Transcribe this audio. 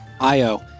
Io